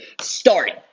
starting